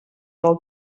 del